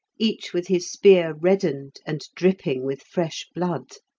each with his spear reddened and dripping with fresh blood.